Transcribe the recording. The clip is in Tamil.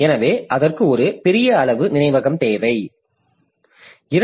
எனவே அதற்கு ஒரு பெரிய அளவு நினைவகம் தேவைப்படும்